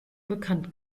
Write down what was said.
bekannt